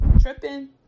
Tripping